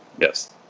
Yes